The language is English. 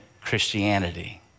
Christianity